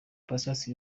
patient